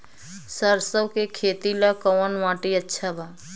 सरसों के खेती ला कवन माटी अच्छा बा?